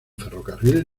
ferrocarril